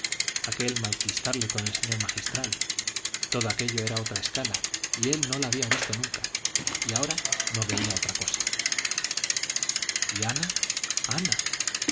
aquel malquistarle con el señor magistral todo aquello era otra escala y él no la había visto nunca y ahora no veía otra cosa y ana ana